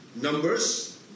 numbers